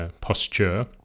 posture